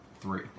three